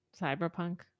cyberpunk